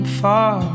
far